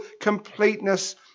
completeness